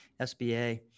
SBA